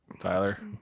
Tyler